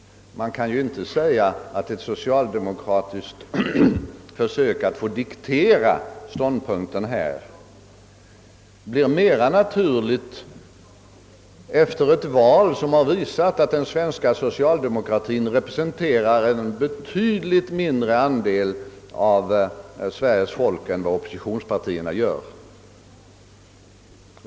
Man kan inte säga att ett socialdemokratiskt försök att få diktera ståndpunkterna blir mera naturligt efter ett val som har visat, att den svenska socialdemokratien representerar en betydligt mindre andel av Sveriges folk än vad oppositionspartierna gör.